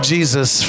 Jesus